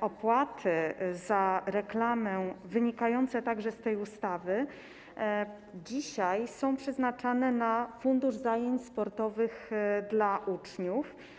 opłaty za reklamę, wynikające także z tej ustawy, dzisiaj są przeznaczane na Fundusz Zajęć Sportowych dla Uczniów.